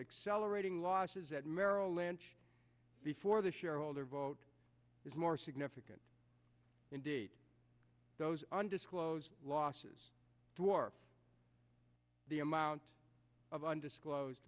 accelerating losses at merrill lynch before the shareholder vote is more significant in those undisclosed losses toward the amount of undisclosed